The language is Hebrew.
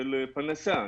של פרנסה.